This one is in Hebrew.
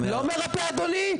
לא מרפא, אדוני?